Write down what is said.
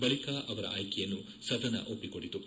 ಬಳಿಕ ಅವರ ಆಯ್ಕೆಯನ್ನು ಸದನ ಒಪ್ಪಿಕೊಂಡಿತು